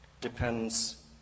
depends